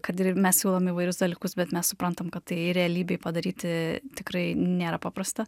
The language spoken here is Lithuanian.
kad ir mes siūlom įvairius dalykus bet mes suprantam kad tai realybėj padaryti tikrai nėra paprasta